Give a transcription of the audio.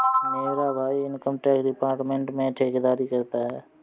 मेरा भाई income tax department में ठेकेदारी करता है